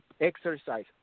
exercise